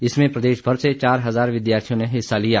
इसमें प्रदेश भर से चार हजार विद्यार्थियों ने हिस्सा लिया